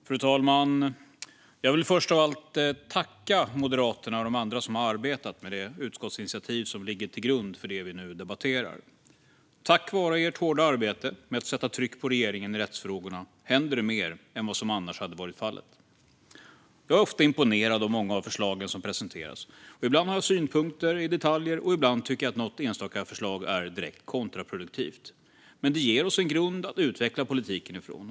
Fru talman! Jag vill först av allt tacka Moderaterna och de andra som har arbetat med det utskottsinitiativ som ligger till grund för det vi nu debatterar. Tack vare ert hårda arbete med att sätta tryck på regeringen i rättsfrågorna händer det mer än vad som annars hade varit fallet. Jag är ofta imponerad av många av förslagen som presenteras. Ibland har jag synpunkter i detaljer, och ibland tycker jag att något enstaka förslag är direkt kontraproduktivt. Men det ger oss en grund att utveckla politiken ifrån.